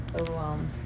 overwhelmed